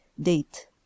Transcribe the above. date